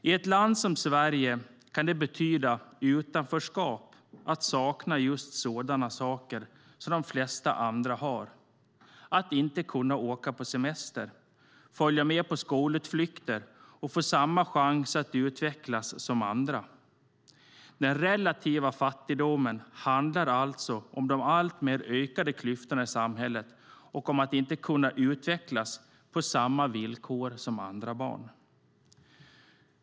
I ett land som Sverige kan det betyda utanförskap att sakna sådana saker som de flesta andra har. Jag tänker då på att inte kunna åka på semester, inte följa med på skolutflykter och inte få samma chanser att utvecklas som andra. Den relativa fattigdomen handlar alltså om de allt större klyftorna i samhället och om att inte kunna utvecklas på samma villkor som andra barn.